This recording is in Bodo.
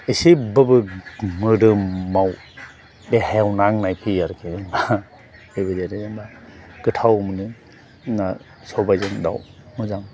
एसेबाबो मोदोमाव देहायाव नांनाय फैयो आरोखि गोथाव मोनो ना सबाइजों दाउ मोजां